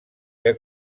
que